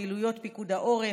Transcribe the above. פעילויות פיקוד העורף,